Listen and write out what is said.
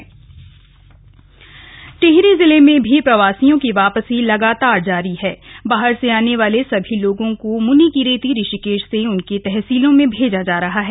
टिहरी प्रवासी टिहरी जिले में भी प्रवासियों की वापसी लगातार जारी है बाहर से आने वाले सभी लोगों को मुनीकीरेती ऋषिकेश से उनके तहसीलों में भेजा जा रहा है